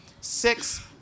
Six